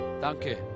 Danke